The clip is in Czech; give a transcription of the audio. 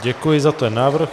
Děkuji za ten návrh.